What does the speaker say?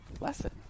lesson